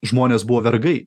žmonės buvo vergai